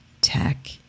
tech